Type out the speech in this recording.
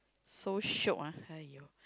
so shiok ah !aiyo!